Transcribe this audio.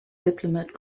diplomat